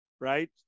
right